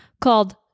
called